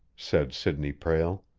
said sidney prale.